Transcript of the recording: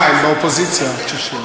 אה, הם באופוזיציה, הקשישים.